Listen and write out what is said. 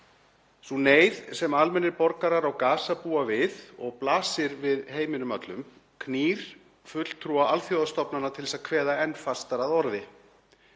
Sú neyð sem almennir borgarar á Gaza búa við og blasir við heiminum öllum knýr fulltrúa alþjóðastofnana til að kveða enn fastar að orði.